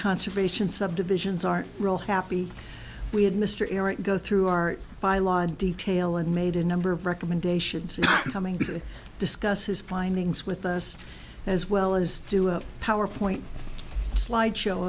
conservation subdivisions aren't real happy we had mr eric go through our bylaw detail and made a number of recommendations coming to discuss his findings with us as well as do a powerpoint slide